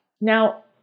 Now